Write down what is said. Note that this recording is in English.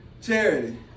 charity